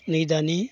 नै दानि